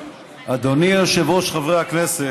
אדוני היושב-ראש, חברי הכנסת,